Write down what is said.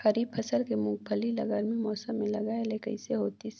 खरीफ फसल के मुंगफली ला गरमी मौसम मे लगाय ले कइसे होतिस?